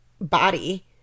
body